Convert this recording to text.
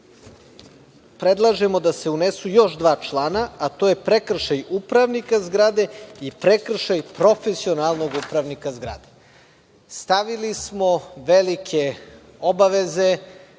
predlažemo da se unesu još dva člana, a to je prekršaj upravnika zgrade i prekršaj profesionalnog upravnika zgrade. Stavili smo velike obaveze